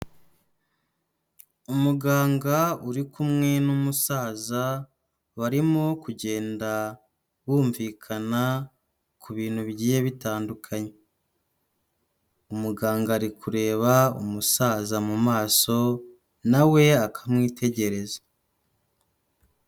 Umuganga uri kumwe n'umusaza barimo kugenda bumvikana ku bintu bigiye bigiye bitandukanye. Umuganga ari kureba umusaza mu maso na we akamwitegereza.